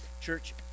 Church